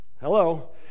Hello